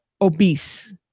obese